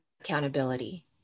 accountability